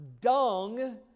dung